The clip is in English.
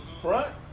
front